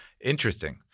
Interesting